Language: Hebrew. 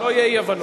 שלא יהיו אי-הבנות.